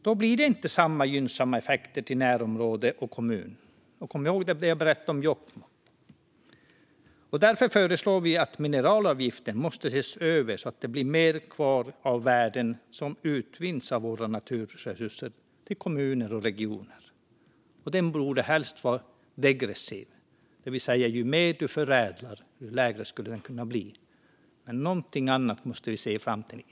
Då blir det inte samma gynnsamma effekt för närområde och kommun. Kom ihåg det jag berättade om Jokkmokk! Därför föreslår vi att mineralavgiften ses över, så att det blir mer kvar till regioner och kommuner av de värden som utvinns ur våra naturresurser. Avgiften borde helst vara regressiv, det vill säga att den blir lägre ju mer du förädlar. Vi måste se någonting annat i framtiden.